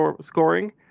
scoring